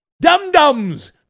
Dum-dums